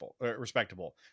respectable